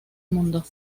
mundo